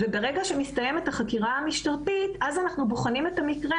ברגע שמסתיימת החקירה המשפטית - אז אנחנו בוחנים את המקרה.